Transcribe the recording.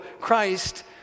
Christ